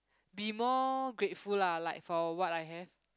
be more grateful lah like for what I have